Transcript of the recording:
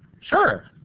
sure.